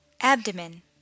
Abdomen